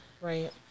right